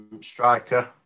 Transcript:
Striker